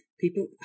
People